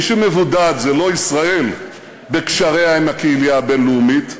מי שמבודד זה לא ישראל בקשריה עם הקהילייה הבין-לאומית,